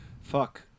Fuck